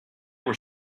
were